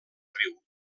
riu